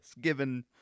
given